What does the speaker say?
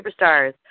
superstars